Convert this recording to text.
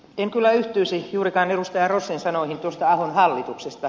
en kyllä yhtyisi juurikaan edustaja rossin sanoihin tuosta ahon hallituksesta